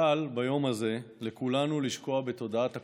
קל ביום הזה לכולנו לשקוע בתודעת הקורבן,